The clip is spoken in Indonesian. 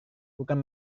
bukan